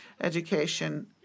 education